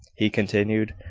he continued,